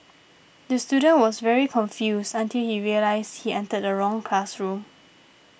the student was very confused until he realised he entered the wrong classroom